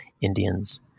indians